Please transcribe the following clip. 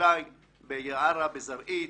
החקלאי ביערה, בזרעית,